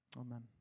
Amen